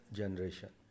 generation